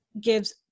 gives